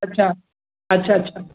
अच्छा अच्छा अच्छा